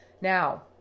Now